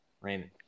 Raymond